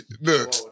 Look